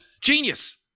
Genius